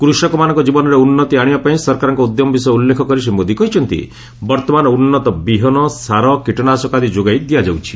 କୃଷକମାନଙ୍କ ଜୀବନରେ ଉନ୍ନତି ଆଣିବାପାଇଁ ସରକାରଙ୍କ ଉଦ୍ୟମ ବିଷୟ ଉଲ୍ଲେଖ କରି ଶ୍ରୀ ମୋଦି କହିଛନ୍ତି ବର୍ତ୍ତମାନ ଉନ୍ନତ ବିହନ ସାର କୀଟନାଶକ ଆଦି ଯୋଗାଇ ଦିଆଯାଉଛି